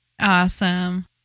Awesome